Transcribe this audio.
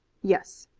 yes.